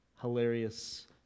hilarious